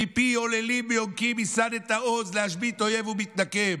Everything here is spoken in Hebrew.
"מפי עוללים וינקים יסדת עז, להשבית אויב ומתנקם"